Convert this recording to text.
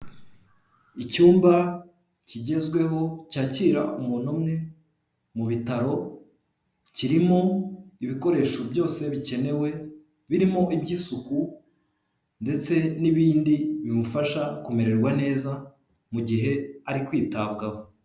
Icyumba kigezweho cyakira umuntu umwe mu bitaro kirimo ibikoresho byose bikenewe birimo iby'isuku ndetse n'ibindi bimufasha kumererwa neza mu gihe ari kwitabwaho.